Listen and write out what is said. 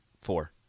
four